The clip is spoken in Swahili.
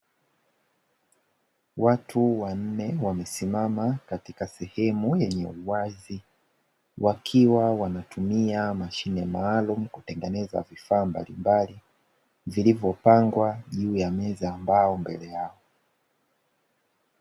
Watu wanne wamesimama katika sehemu yenye uwazi, wakiwa wanatumia mashine maalumu kutengeneza vifaa mbalimbali vilivyopangwa juu ya meza ya mbao mbele yao.